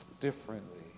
differently